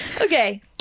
Okay